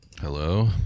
Hello